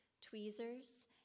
tweezers